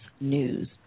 news